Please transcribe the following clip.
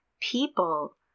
People